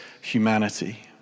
humanity